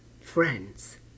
friends